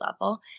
level